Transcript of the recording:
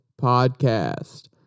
Podcast